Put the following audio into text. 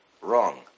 Wrong